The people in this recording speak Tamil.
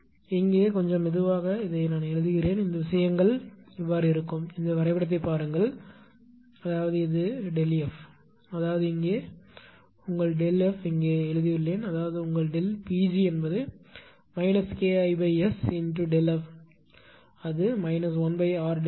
நான் இங்கே கொஞ்சம் மெதுவாக எழுதுகிறேன் இந்த விஷயங்கள் இருக்கும் இந்த வரைபடத்தைப் பாருங்கள் அதாவது இது Δ F அதாவது இங்கே அது உங்கள் ΔF இங்கே எழுதியுள்ளது அதாவது உங்கள் Pg KISΔF 1RΔF